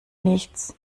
nichts